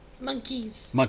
Monkeys